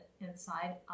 inside